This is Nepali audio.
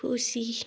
खुसी